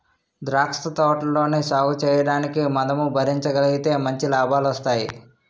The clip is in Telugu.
ద్రాక్ష తోటలని సాగుచేయడానికి మదుపు భరించగలిగితే మంచి లాభాలొస్తాయి